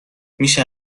میشه